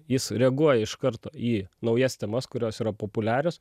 jis sureaguoja iš karto į naujas temas kurios yra populiarios